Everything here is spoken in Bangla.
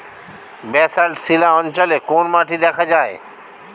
ব্যাসল্ট শিলা অঞ্চলে কোন মাটি দেখা যায়?